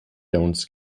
downs